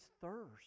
thirst